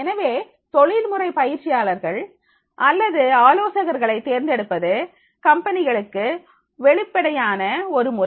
எனவே தொழில்முறை பயிற்சியாளர்கள் அல்லது ஆலோசகர்களை தேர்ந்தெடுப்பது கம்பெனிகளுக்கு ஒரு வெளிப்படையான முறை